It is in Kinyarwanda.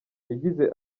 yagize